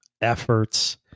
efforts